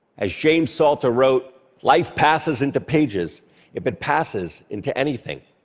as james salter wrote, life passes into pages if it passes into anything.